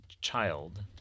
child